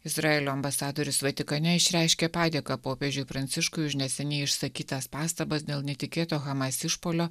izraelio ambasadorius vatikane išreiškė padėką popiežiui pranciškui už neseniai išsakytas pastabas dėl netikėto hamas išpuolio